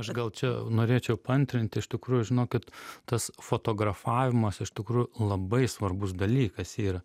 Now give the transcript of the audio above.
aš gal čia norėčiau paantrint iš tikrųjų žinokit tas fotografavimas iš tikrųjų labai svarbus dalykas yra